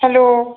hello